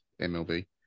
MLB